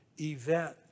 event